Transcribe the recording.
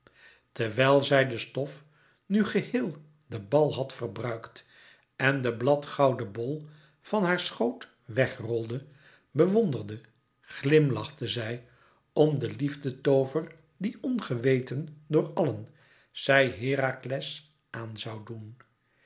terwijl zij de stof nu zij geheel de bal had verbruikt en de bladgouden bol van haar schoot weg rolde bewonderde glimlachte zij om den liefdetoover die ongeweten door allen zij herakles aan zoû doen